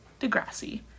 Degrassi